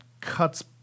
cuts